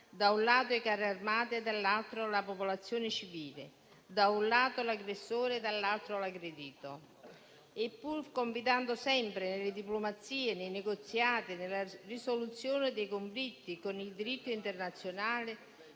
da un lato, i carri armati e, dall'altro, la popolazione civile; da un lato, l'aggressore, e, dall'altro, l'aggredito. Pur confidando sempre nelle diplomazie, nei negoziati e nella risoluzione dei conflitti con il diritto internazionale,